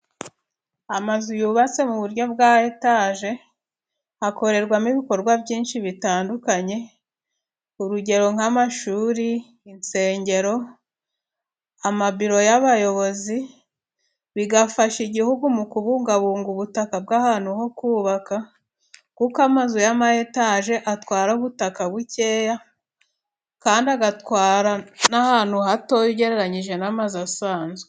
Amazu yubatse mu buryo bwa etaje, hakorerwamo ibikorwa byinshi bitandukanye. Urugero: nk'amashuri, insengero, amabiro y'abayobozi. Bigafasha igihugu mu kubungabunga ubutaka bw'ahantu ho kubaka, kuko amazu y 'ama etaje atwara ubutaka bukeya, kandi agatwara n'ahantu hatoya ugereranyije n'amazu asanzwe.